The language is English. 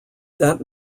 that